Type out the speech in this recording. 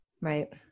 right